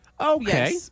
Okay